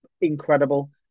incredible